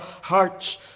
hearts